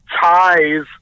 ties